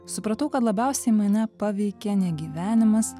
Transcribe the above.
supratau kad labiausiai mane paveikė ne gyvenimas